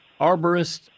Arborist